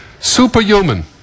superhuman